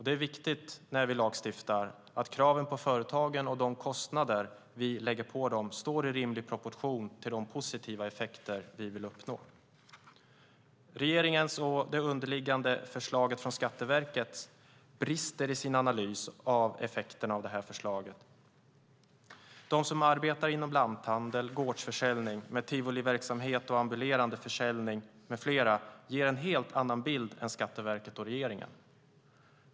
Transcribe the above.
Det är viktigt när vi lagstiftar att kraven på företagen och de kostnader vi lägger på dem står i rimlig proportion till de positiva effekter vi vill uppnå. Regeringens proposition och det underliggande förslaget från Skatteverket brister i sin analys av effekterna av detta förslag. De som arbetar inom lanthandel och gårdsförsäljning med tivoliverksamhet och med ambulerande försäljning med mera ger en helt annan bild än Skatteverket och regeringen.